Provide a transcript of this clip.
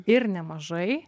ir nemažai